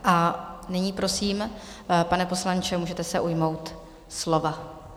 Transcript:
A nyní, prosím, pane poslanče, můžete se ujmout slova.